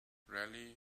raleigh